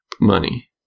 money